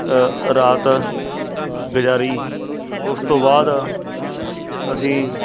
ਰਾਤ ਗੁਜ਼ਾਰੀ ਉਸ ਤੋਂ ਬਾਅਦ ਅਸੀਂ